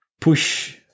push